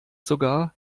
sogar